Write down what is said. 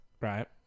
right